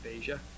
Asia